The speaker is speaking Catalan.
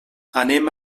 anem